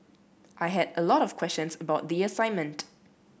I had a lot of questions about the assignment